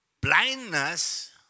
blindness